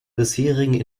bisherigen